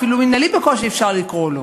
אפילו מינהלי בקושי אפשר לקרוא לו.